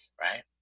right